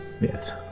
Yes